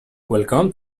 welcome